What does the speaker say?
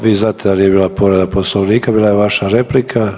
Vi znate da nije bila povreda Poslovnika, bila je vaša replika.